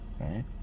right